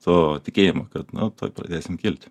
to tikėjimo kad na tuoj pradėsim kilt